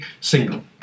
single